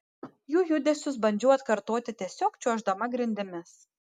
jų judesius bandžiau atkartoti tiesiog čiuoždama grindimis